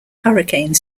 hurricane